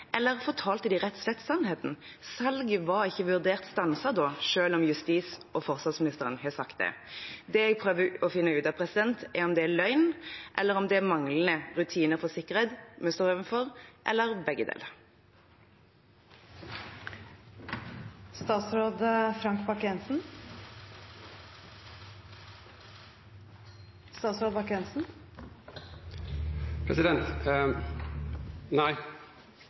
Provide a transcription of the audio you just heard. Eller fortalte de rett og slett sannheten, at salget ikke var vurdert stanset da, selv om justisministeren og forsvarsministeren har sagt det? Det jeg prøver å finne ut av, er om det er løgn eller manglende rutiner for sikkerhet vi står overfor, eller begge deler.